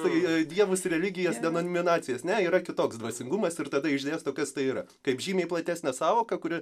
tai dievus religijas denominacijas ne yra kitoks dvasingumas ir tada išdėsto kas tai yra kaip žymiai platesnė sąvoka kuri